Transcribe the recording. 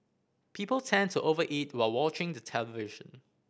people tend to over eat while watching the television